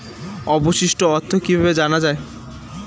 অবশিষ্ট অর্থ কিভাবে জানা হয়?